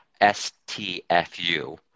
STFU